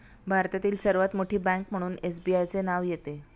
भारतातील सर्वात मोठी बँक म्हणून एसबीआयचे नाव येते